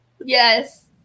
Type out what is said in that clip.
yes